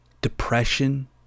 depression